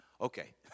Okay